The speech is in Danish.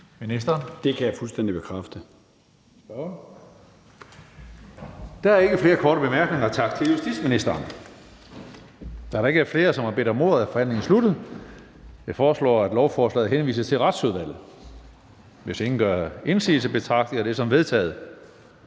(Karsten Hønge): Der er ikke flere korte bemærkninger. Tak til justitsministeren. Da der ikke er flere, der har bedt om ordet, er forhandlingen sluttet. Jeg foreslår, at lovforslaget henvises til Retsudvalget. Hvis ingen gør indsigelse, betragter jeg det som vedtaget.